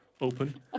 open